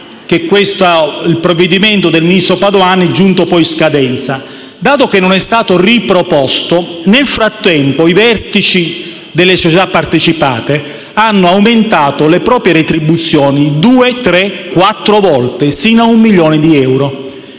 il provvedimento del ministro Padoan è giunto poi a scadenza e, dato che non è stato riproposto, nel frattempo i vertici delle società partecipate hanno aumentato le proprie retribuzioni due, tre, quattro volte, sino a un milione di euro.